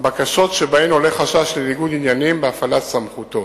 בקשות שבהן עולה חשש לניגוד עניינים בהפעלת סמכותו.